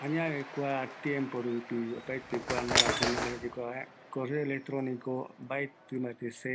﻿Añave kua tiempo rupi, opaete kuanunga tecnología oyekuava jae correo elecronico mbaeti ma mbaete se